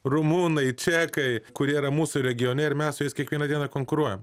rumunai čekai kurie yra mūsų regione ir mes su jais kiekvieną dieną konkuruojam